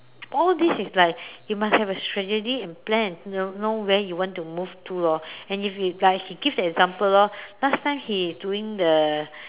all this is like you must have a strategy and plan know know where you want to move to lor and if he guy he give example lor last time he doing the